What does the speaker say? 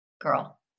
girl